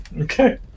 Okay